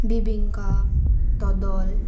बिबींका ददल